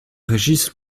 régis